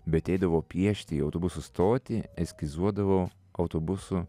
bet eidavau piešti į autobusų stotį eskizuodavau autobusų